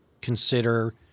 consider